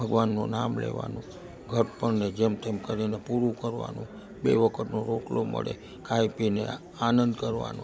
ભગવાનનું નામ લેવાનું ઘડપણને જેમ તેમ કરીને પૂરું કરવાનું બે વખતનો રોટલો મળે ખાઈ પીને આનંદ કરવાનો